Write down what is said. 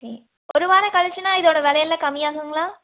சரி ஒரு வாரேம் கழிச்சின்னா இதோட விலையெல்லாம் கம்மியாகுங்களா